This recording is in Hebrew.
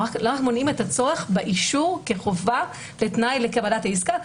אנחנו רק מונעים את הצורך באישור כחובה כתנאי לקבלת העסקה,